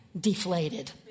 Deflated